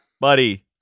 Buddy